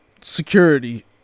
security